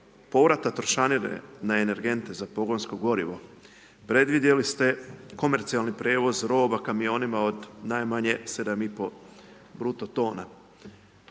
povrata trošarine na energente za pogonsko gorivo predvidjeli ste komercijalni prijevoz roba kamionima od najmanje 7 i pol bruto tona.